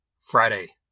Friday